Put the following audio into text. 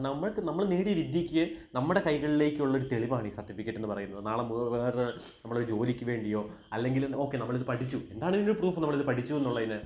നമുക്ക് നമ്മള് നേടിയ വിദ്യക്ക് നമ്മുടെ കൈകളിലേക്കുള്ളൊരു തെളിവാണ് ഈ സർട്ടിഫിക്കറ്റെന്നു പറയുന്നത് നാളെ വേറെ നമ്മളൊരു ജോലിക്കുവേണ്ടിയോ അല്ലെങ്കില് ഓക്കെ നമ്മളിതു പഠിച്ചു എന്താണിതിനൊരു പ്രൂഫ് നമ്മളിത് പഠിച്ചൂന്നുള്ളയിന്